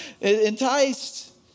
Enticed